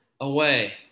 away